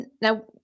Now